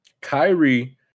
Kyrie